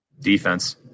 Defense